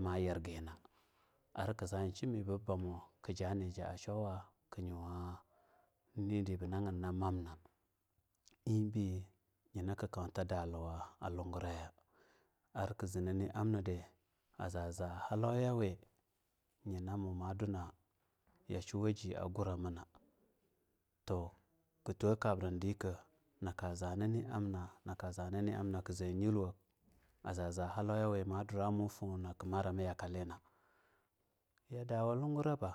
ma za shiniibi bamo ku jah shoaku nywa nidi bu nagain na mamna ebi yina kakau ta daluwa luguraya arki zee na amnidi a zaza halawi ni ma du-na yashuwawaji aguramina to ki twa kabra dinka naka zanani amna naka za nani amna aku zee yilwo har hallau wi ma dura muwafu naki maramina kalena yida nungure ba.